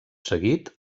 seguit